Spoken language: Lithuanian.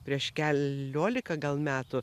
prieš keliolika gal metų